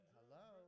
Hello